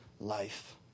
life